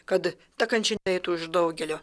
kad ta kančia eitų už daugelio